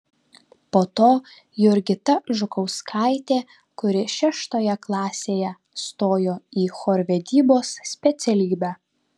po to jurgita žukauskaitė kuri šeštoje klasėje stojo į chorvedybos specialybę